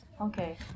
Okay